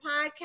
podcast